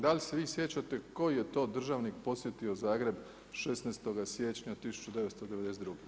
Da li se vi sjećate koji je to državnik posjetio Zagreb 16. siječnja 1992.